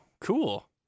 cool